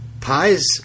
pies